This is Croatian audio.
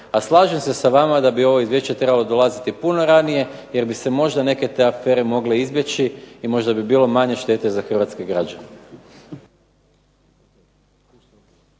A slažem se sa vama da bi ovo izvješće trebalo dolaziti puno ranije jer bi se možda neke te afere moglo izbjeći i možda bi bilo manje štete za hrvatske građane.